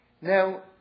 Now